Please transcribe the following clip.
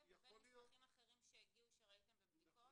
לבין מסמכים אחרים שהגיעו שראיתם בבדיקות?